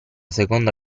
seconda